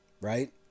right